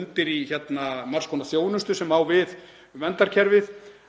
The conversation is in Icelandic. undir í margs konar þjónustu sem á við um verndarkerfið